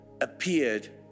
appeared